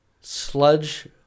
sludge